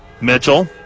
Mitchell